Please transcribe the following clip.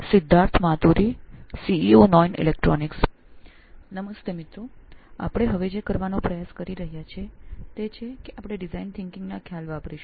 Siddharth Maturi CEO નોઇન electronics નમસ્તે મિત્રો હવે આપણે એવો પ્રયત્ન કરી રહ્યા છીએ કે આપણે ડિઝાઇન વિચારસરણીની સંકલ્પનાનો ઉપયોગ કરીશું